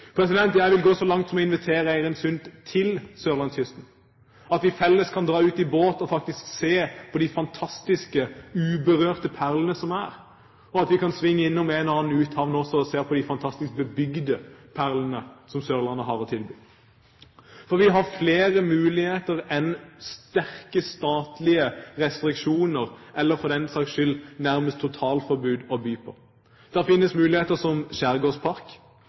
Jeg vil gå så langt som til å invitere Eirin Sund til sørlandskysten, slik at vi sammen kan dra ut i båt og se på de fantastiske uberørte perlene som er, og at vi kan svinge innom en og annen uthavn også og se på de fantastiske bebygde perlene som Sørlandet har å tilby. Vi har flere muligheter enn sterke statlige restriksjoner, eller for den saks skyld nærmest totalforbud å by på. Det finnes muligheter som skjærgårdspark,